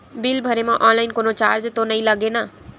Bill भरे मा online कोनो चार्ज तो नई लागे ना?